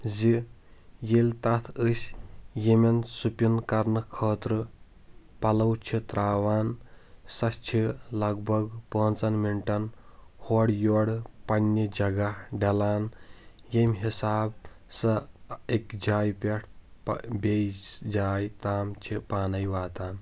زِ ییٚلہِ تَتھ ٲسۍ ییٚمہِ انٛد سِپِن کَرنہٕ خٲطرٕ پَلٕو چھِ ترٛاوان سۄ چھِ لَگ بَگ پانٛژَن مِنٛٹَن ہورِٕ یورٕ پَننہِ جَگہ ڈَلان ییٚمۍ حِساب سۄ أکۍ جاے پٮ۪ٹھ بییِس جاے تام چھِ پانٕے واتان